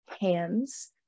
Hands